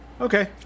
Okay